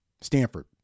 Stanford